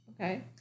Okay